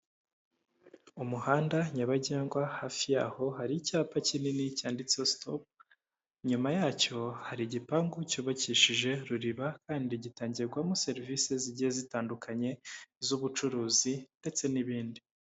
Umuhanda nyabagendwa, hafi yaho hari icyapa kinini cyanditseho stop. Inyuma yacyo hari igipangu cyubakishije ruriba, kandi gitangirwamo serivisi zigiye zitandukanye z'ubucuruzi, ndetse n'ibindi.